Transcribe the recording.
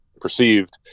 perceived